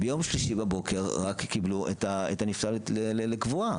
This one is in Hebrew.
וביום שלישי בבוקר רק קיבלו את הנפטר לקבורה.